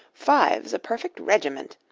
five's a perfect regiment.